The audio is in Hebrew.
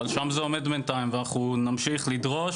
אבל שם זה עומד בינתיים ואנחנו נמשיך לדרוש,